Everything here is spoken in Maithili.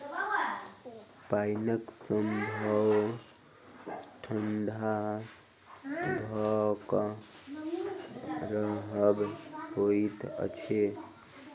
पाइनक स्वभाव ठंढा भ क रहब होइत अछि